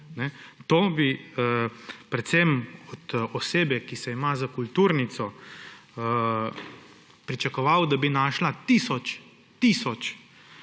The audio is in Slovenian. Predvsem od osebe, ki se ima za kulturnico, bi pričakoval, da bi našla tisoč